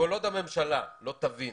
כל עוד הממשלה לא תבין